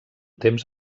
temps